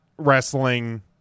wrestling